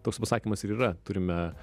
toks pasakymas ir yra turime